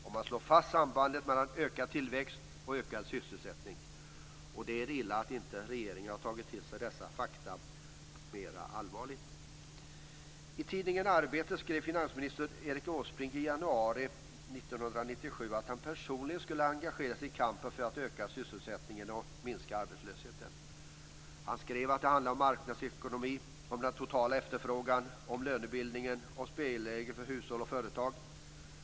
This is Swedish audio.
Och man slår fast sambandet mellan ökad tillväxt och ökad sysselsättning. Det är illa att regeringen inte tar dessa fakta på allvar. I tidningen Arbetet skrev finansminister Erik Åsbrink i januari 1997 att han personligen skulle engagera sig i kampen för att öka sysselsättningen och minska arbetslösheten. Han skrev att det handlar om marknadsekonomi, om den totala efterfrågan, om lönebildningen, om spelregler för hushåll och företag.